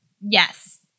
yes